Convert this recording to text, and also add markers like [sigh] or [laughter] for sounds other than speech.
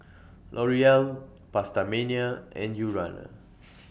L'Oreal PastaMania and Urana [noise]